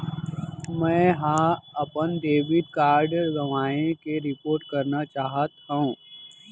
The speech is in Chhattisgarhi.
मै हा अपन डेबिट कार्ड गवाएं के रिपोर्ट करना चाहत हव